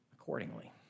accordingly